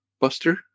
Buster